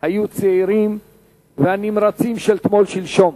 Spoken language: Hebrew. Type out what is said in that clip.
היו הצעירים והנמרצים של תמול-שלשום.